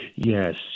Yes